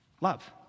Love